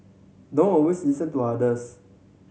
don't always listen to others